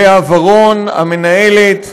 ללאה ורון המנהלת,